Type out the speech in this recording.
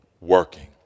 working